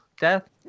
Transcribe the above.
death